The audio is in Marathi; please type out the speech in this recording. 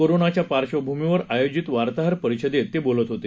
कोरोनाच्या पार्श्वभूमीवर आयोजिक वार्ताहर परिषदेत ते बोलत होते